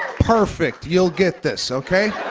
perfect. you'll get this. okay?